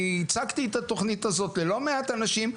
אני הצגתי את התוכנית הזאת ללא מעט אנשים.